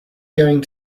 going